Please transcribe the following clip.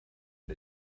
and